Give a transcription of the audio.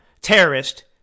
terrorist